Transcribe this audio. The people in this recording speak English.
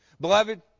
Beloved